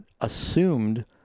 assumed